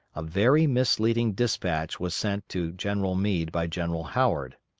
a very misleading despatch was sent to general meade by general howard.